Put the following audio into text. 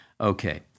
Okay